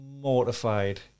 mortified